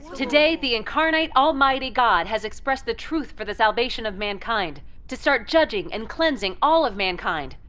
today, the incarnate almighty god has expressed the truth for the salvation of mankind to start judging and cleansing all of mankind.